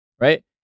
Right